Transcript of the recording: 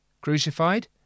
Crucified